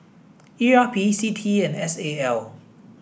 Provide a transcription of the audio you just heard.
E R P C T E and S A L